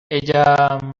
ella